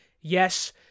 Yes